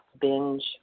binge